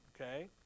okay